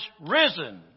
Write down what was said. risen